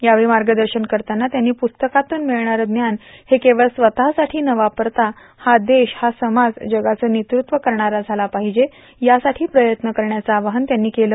यावेळी मार्गदर्शन करताना त्यांनी पुस्तकातून मिळणारं ज्ञान हे केवळ स्वतःसाठी न वापरता हा देश हा समाज जगाचं नेतृत्व करणारा झाला पाहिजे यासाठी प्रयत्न करण्याचं आवाहन त्यांनी यावेळी केलं